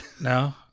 no